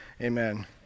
Amen